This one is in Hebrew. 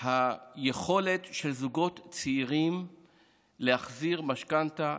היכולת של זוגות צעירים להחזיר משכנתה,